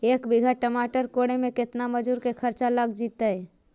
एक बिघा टमाटर कोड़े मे केतना मजुर के खर्चा लग जितै?